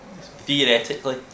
theoretically